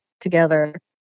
together